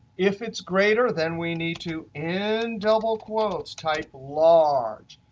if it's greater then we need to, in double quotes, type large.